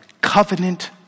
Covenant